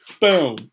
Boom